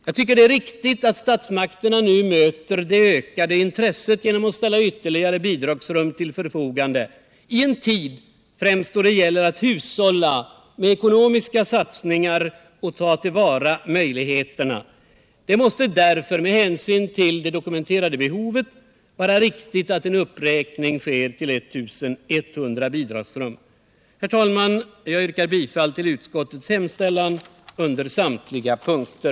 Jag tycker det är riktigt att statsmakterna nu möter det ökade intresset genom att ställa ytterligare bidragsrum till förfogande i en tid då det gäller att främst hushålla med ekonomiska satsningar och ta till vara existerande möjligheter. Det måste därför med hänsyn till det dokumenterade behovet vara riktigt att en uppräkning sker till I 100 bidragsrum. Herr talman! Jag yrkar bifall till utskottets hemställan under samtliga punkter.